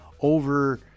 over